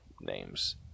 Names